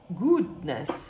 goodness